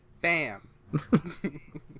Bam